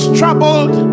troubled